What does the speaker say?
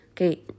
Okay